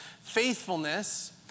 faithfulness